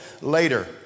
later